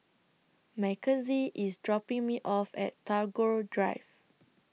Makenzie IS dropping Me off At Tagore Drive